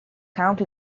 county